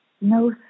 no